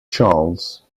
charles